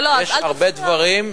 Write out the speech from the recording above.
יש הרבה דברים,